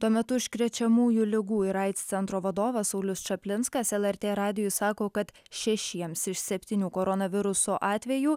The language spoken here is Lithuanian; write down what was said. tuo metu užkrečiamųjų ligų ir aids centro vadovas saulius čaplinskas lrt radijui sako kad šešiems iš septynių koronaviruso atvejų